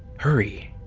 hurry!